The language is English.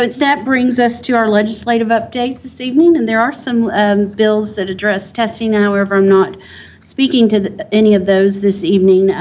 but that bring us to our legislative update this evening, and there are some bills that address testing however, i'm not speaking to any of those this evening.